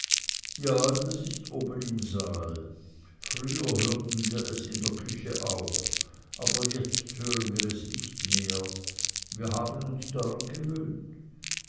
ja das ist oben im saal früher hörten wir es in der küche auch aber jetzt hören wir es nicht mehr wir haben uns daran gewöhnt